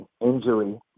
injury